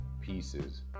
pieces